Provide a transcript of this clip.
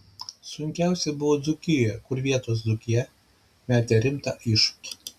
sunkiausia buvo dzūkijoje kur vietos dzūkija metė rimtą iššūkį